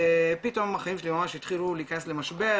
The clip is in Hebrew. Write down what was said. פתאום ממש החיים שלי התחילו להיכנס למשבר,